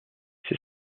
ces